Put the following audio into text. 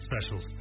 specials